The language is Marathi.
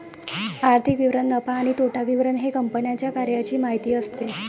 आर्थिक विवरण नफा आणि तोटा विवरण हे कंपन्यांच्या कार्याची माहिती असते